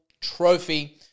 trophy